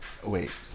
wait